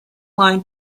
line